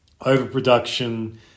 overproduction